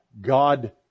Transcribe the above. God